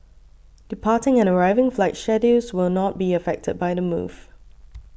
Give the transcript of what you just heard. departing and arriving flight schedules will not be affected by the move